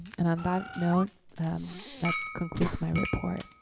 and on that note that concludes my report.